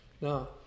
Now